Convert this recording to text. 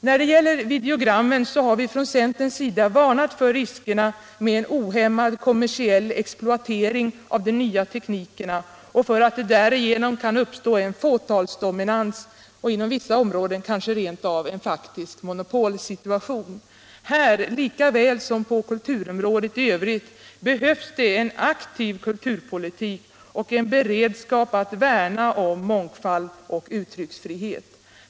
När det gäller videogrammen har vi från centern varnat för riskerna med en ohämmad kommersiell exploatering av de nya teknikerna och för att det därigenom skulle kunna uppstå en fåtalsdominans — inom vissa områden kanske rent av en faktisk monopolsituation. Här — lika väl som på kulturområdet i övrigt — behövs det en aktiv kulturpolitik och en beredskap att värna om mångfald och uttrycksfrihet.